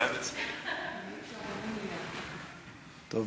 טוב מאוד.